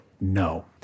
no